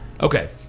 okay